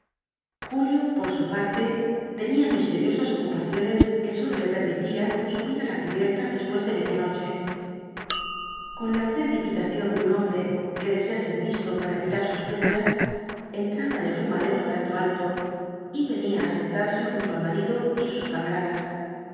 julio por su parte tenía misteriosas ocupaciones que sólo le permitían subir á la cubierta después de media noche con la precipitación de un hombre que desea ser visto para evitar sospechas entraba en el fumadero hablando alto y venía á sentarse junto al marido y sus camaradas